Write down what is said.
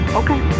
okay